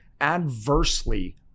adversely